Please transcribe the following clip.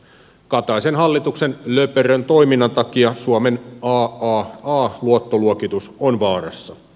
kataisen hallituksen löperön toiminnan takia suomen aaa luottoluokitus on vaarassa